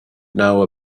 know